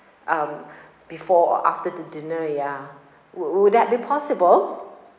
um before or after the dinner ya would would that be possible